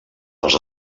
els